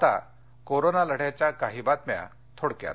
आता कोरोना लढ़याच्या काही बातम्या थोडक्यात